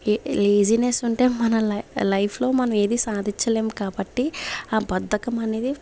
లే లెజీనెస్ ఉంటే మన లై లైఫ్ లో మనం ఏదీ సాధిచ్చలేం కాబట్టి ఆ బద్ధకం అనేది